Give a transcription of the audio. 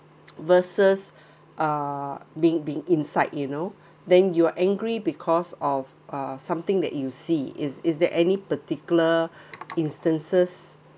versus uh being being inside you know then you are angry because of uh something that you see is is there any particular instances